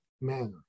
manner